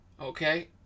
Okay